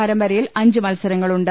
പരമ്പരയിൽ അഞ്ച് മത്സരങ്ങളുണ്ട്